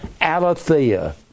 aletheia